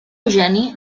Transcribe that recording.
eugeni